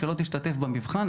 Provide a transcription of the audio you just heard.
שלא תשתתף במבחן,